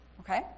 Okay